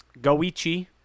Goichi